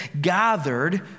gathered